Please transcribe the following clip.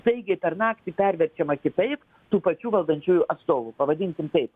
taigi per naktį perverčiama kitaip tų pačių valdančiųjų atstovų pavadinkim taip